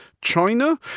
China